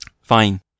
Fine